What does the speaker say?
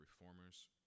reformers